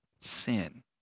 sin